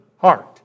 heart